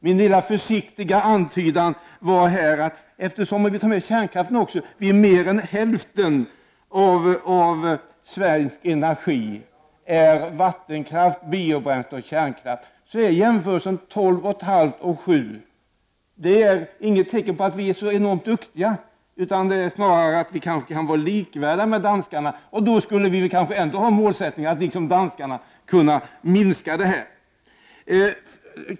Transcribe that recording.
Min lilla försiktiga antydan var att vattenkraft, biobränsle och kärnkraft tillgodoser mer än hälften av Sveriges energibehov. Jämförelsen 12,5-7 är därför inget tecken på att vi är så enormt duktiga. Snarare är vi likvärdiga med danskarna och skulle då kunna ha målsättningen att liksom danskarna minska utsläppen.